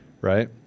right